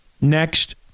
next